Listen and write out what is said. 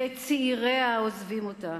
ואת צעיריה העוזבים אותה.